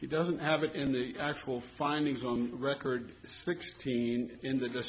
he doesn't have it in the actual findings on record sixteen in the